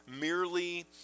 merely